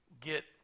get